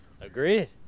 Agreed